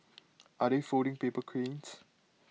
are they folding paper cranes